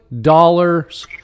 dollars